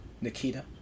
Nikita